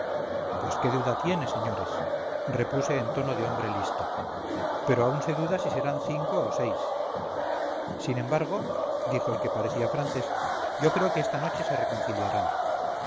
pues qué duda tiene señores repuse en tono de hombre listo pero aún se duda si serán cinco o seis sin embargo dijo el que parecía francés yo creo que esta noche se reconciliarán